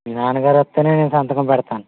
మీ నాన్న గారు వస్తేనే నేను సంతకం పెడతాను